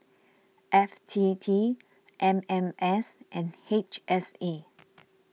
F T T M M S and H S A